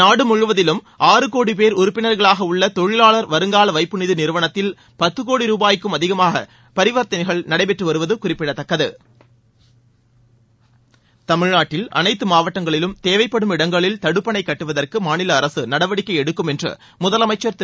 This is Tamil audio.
நாடு முழுவதிலும் ஆறு கோடி பேர் உறுப்பினர்களாக உள்ள தொழிலாளர் வருங்கால வைப்பு நிதி நிறுவனத்தில் பத்து கோடி ரூபாய்க்கும் அதிகமான பரிவர்த்தனைகள் நடைபெற்று வருவது குறிப்பிடத்தக்கது தமிழ்நாட்டில் அனைத்து மாவட்டங்களிலும் தேவைப்படும் இடங்களில் தடுப்பணை கட்டுவதற்கு மாநில அரசு நடவடிக்கை எடுக்கும் என்று முதலமைச்சர் திரு